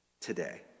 today